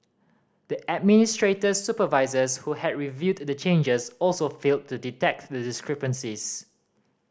the administrator's supervisors who had reviewed the changes also failed to detect the discrepancies